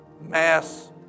mass